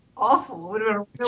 Awful